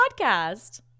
podcast